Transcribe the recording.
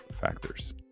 factors